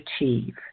achieve